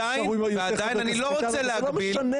ועדיין אני לא רוצה להגביל.